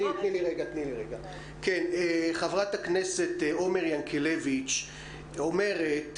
חברת הכנסת עומר ינקלביץ' אומרת,